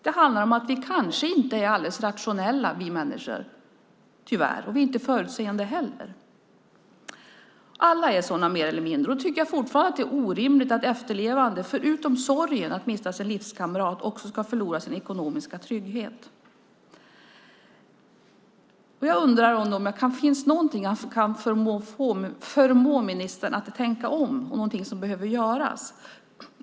Det handlar om att vi människor kanske inte är helt rationella, tyvärr, och vi är inte heller förutseende. Alla är vi sådana, mer eller mindre, och då tycker jag fortfarande att det är orimligt att man som efterlevande, förutom sorgen över att mista sin livskamrat, också ska förlora sin ekonomiska trygghet. Jag undrar om det finns någonting som kan förmå ministern att tänka om om någonting som behöver göras.